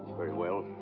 very well.